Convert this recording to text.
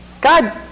God